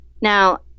Now